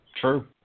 true